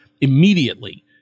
immediately